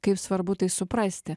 kaip svarbu tai suprasti